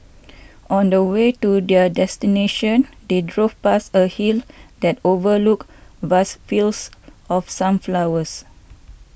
on the way to their destination they drove past a hill that overlooked vast fields of sunflowers